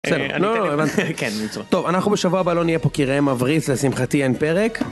בסדר, לא, לא, לא, הבנתי, כן, נמצא. טוב, אנחנו בשבוע הבא, לא נהיה פה כי ראם מבריז, לשמחתי אין פרק.